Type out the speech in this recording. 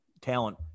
talent